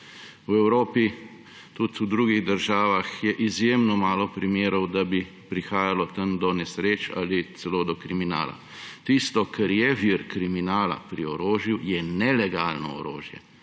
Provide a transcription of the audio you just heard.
V Evropi, tudi v drugih državah, je izjemno malo primerov, da bi prihajalo do nesreč ali celo do kriminala. Tisto, kar je vir kriminala pri orožju, je nelegalno orožje,